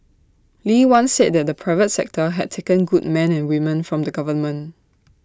lee once said that the private sector had taken good men and women from the government